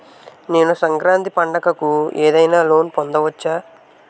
నేను సంక్రాంతి పండగ కు ఏదైనా లోన్ పొందవచ్చా?